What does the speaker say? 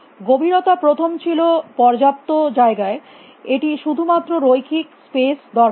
গভীরতা প্রথম ছিল পর্যাপ্ত জায়গার এটির শুধুমাত্র রৈখিক স্পেস দরকার হয়